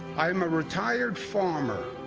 i'm a retired farmer,